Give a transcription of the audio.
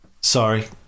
Sorry